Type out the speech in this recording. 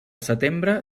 setembre